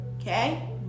okay